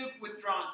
withdrawn